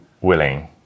willing